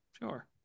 Sure